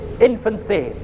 infancy